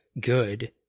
good